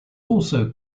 also